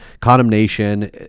condemnation